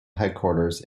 headquarters